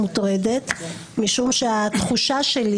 משום שהתחושה שלי